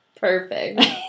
Perfect